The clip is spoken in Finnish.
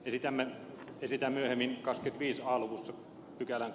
itämeren ja sitä myöhemmin kasvit viisi hall pykälän